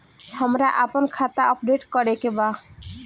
हमरा आपन खाता अपडेट करे के बा